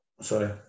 sorry